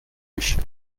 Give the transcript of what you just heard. fission